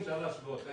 אפשר להשוות.